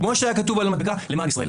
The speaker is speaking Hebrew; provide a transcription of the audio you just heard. כמו שהיה כתוב על המדבקה, למען ישראל.